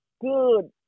Good